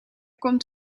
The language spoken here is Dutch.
komt